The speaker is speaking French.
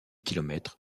kilomètres